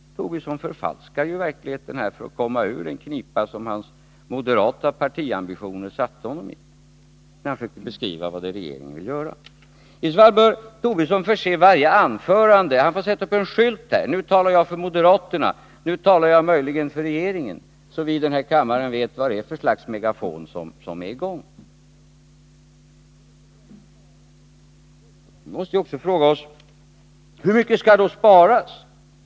Lars Tobisson förfalskar ju verkligheten för att komma ur den knipa som hans moderata partiambitioner försatt honom i, när han försökte beskriva vad det är regeringen vill göra. Mot den bakgrunden bör herr Tobisson för varje anförande sätta upp en skylt som anger när han talar för moderaterna och när han möjligen talar för regeringen, så att vi här i kammaren vet vad för slags megafon som är i gång. Vi måste också fråga oss: Hur mycket skall då sparas?